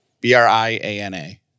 B-R-I-A-N-A